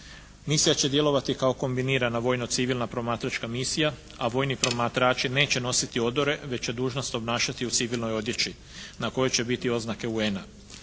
Misija će djelovati kao kombinirana vojno-civilna promatračka misija, a vojni promatrači neće nositi odore već će dužnost obnašati u civilnoj odjeći na kojoj će biti oznake UN-a.